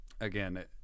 again